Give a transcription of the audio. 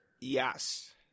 Yes